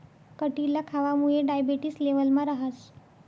कटिरला खावामुये डायबेटिस लेवलमा रहास